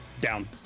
down